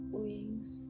wings